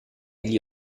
gli